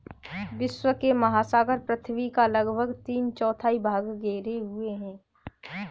विश्व के महासागर पृथ्वी का लगभग तीन चौथाई भाग घेरे हुए हैं